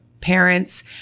parents